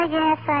yes